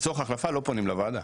לצורך החלפה לא פונים לוועדה,